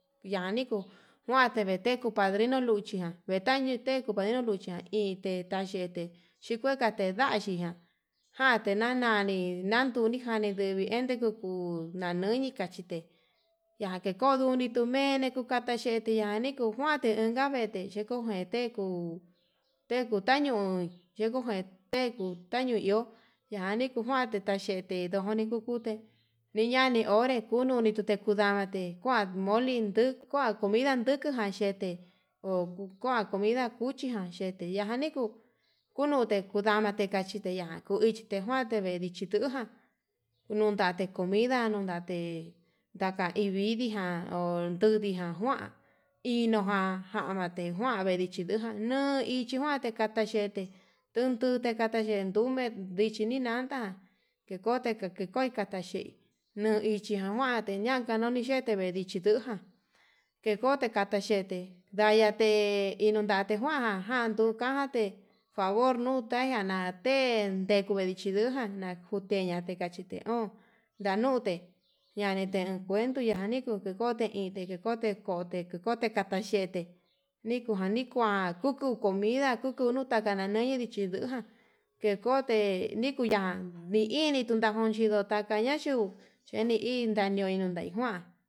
Vianeku kuate nikete kuu padrino luuchijan, nitavete nró luuchijan ite'e tayete chikue kachidachi jan jante nanani nadunijan njani ndevee, ende kuku nanui nikachite yaniko ndune tumene kukata chete yani kuu kujuante inka vete xhikojete kuu, enkutañui yekuje yekuu tañui iho yani kuu njuate taxhete ndoni njuute yenani hote kunune tute kudamete kuan, tamoli ndukua comida ndukujan yete okuu kuan comida chitejan yajan nikuu kunute kudamate ka'a, kachiteya kuu ichite kuan ye'e ve'e tuján kunuu tate comida nundate ndaka hi vidii, jan odudi jan kuan inojan kuanate njuan vendichidu no'o hi, ichinjuan kata ye'e te nundute katayete ndume ndichi ni nanta kote ke koi kata yee nuu ichi njuan teñanka noni xhete tudichi luján, ke kote kata xhete ndayate inundate njuan jan duu kajate, favor nutaija na'a tee ndejo ni ndichi lujan natun ndeya'a, ndekachi tion yanute yanite enkuendo ndiniku kikote iin iindeke kote kata xhete nikujan nikuan ku comida kuku nutata ñein ndichi nduján, kekode nikuu yan nii initu nakon chidoya ñakaña yuu chini inda'a nani nikui njuan.